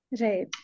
right